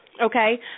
okay